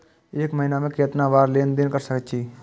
एक महीना में केतना बार लेन देन कर सके छी?